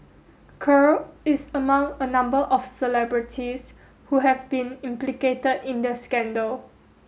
Kerr is among a number of celebrities who have been implicated in the scandal